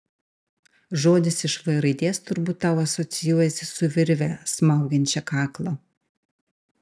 žodis iš v raidės turbūt tau asocijuojasi su virve smaugiančia kaklą